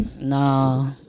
no